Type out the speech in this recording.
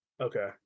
Okay